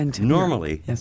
normally